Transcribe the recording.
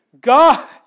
God